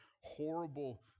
horrible